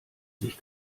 sich